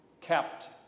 kept